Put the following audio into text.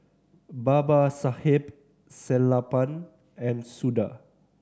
Babasaheb Sellapan and Suda